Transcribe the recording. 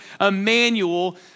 Emmanuel